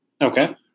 okay